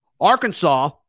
Arkansas